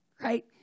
right